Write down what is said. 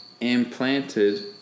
implanted